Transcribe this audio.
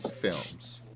films